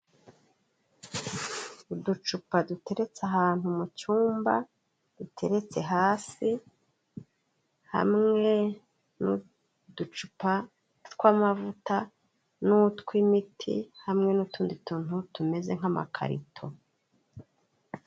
Uducupa duteretse ahantu mu cyumba, dutereretse hasi, hamwe n'uducupa tw'amavuta n'utw'imiti, hamwe n'utundi tuntu tumeze nk'amakarito.